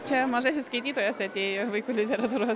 čia mažasis skaitytojas atėjo vaikų literatūros